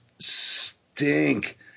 stink